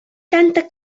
tanta